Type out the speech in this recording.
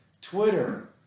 Twitter